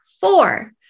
four